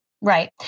Right